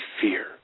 fear